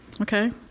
okay